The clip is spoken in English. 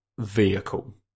Vehicle